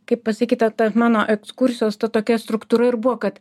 kaip pasikeitė ta mano ekskursijos ta tokia struktūra ir buvo kad